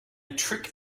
trick